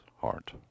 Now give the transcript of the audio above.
heart